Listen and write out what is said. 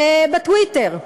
בטוויטר,